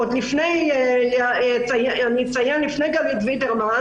עוד לפני גלית וידרמן.